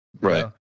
Right